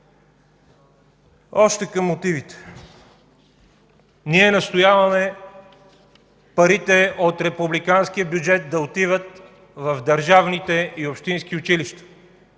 Още към мотивите. Ние настояваме парите от републиканския бюджет да отиват в държавните и общински училища.